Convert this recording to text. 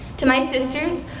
to my sisters,